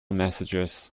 messages